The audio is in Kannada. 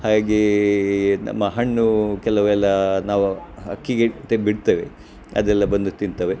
ಹಾಗೇ ನಮ್ಮ ಹಣ್ಣು ಕೆಲವೆಲ್ಲ ನಾವು ಹಕ್ಕಿಗೆ ಅಂತ ಬಿಡ್ತೇವೆ ಅದೆಲ್ಲ ಬಂದು ತಿಂತವೆ